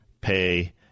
Pay